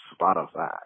Spotify